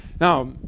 Now